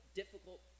difficult